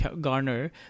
garner